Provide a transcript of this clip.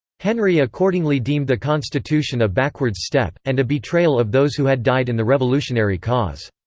henry accordingly deemed the constitution a backwards step, and a betrayal of those who had died in the revolutionary cause.